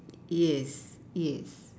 yes yes